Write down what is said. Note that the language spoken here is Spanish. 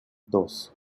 dos